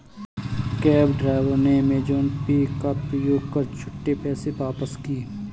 cab driver ने Amazon Pay का प्रयोग कर छुट्टे पैसे वापस किए